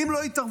אם לא יתערבו,